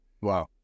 Wow